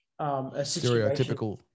Stereotypical